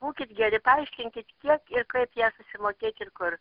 būkit geri paaiškinkite kiek ir kaip ją susimokėt ir kur